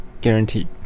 guaranteed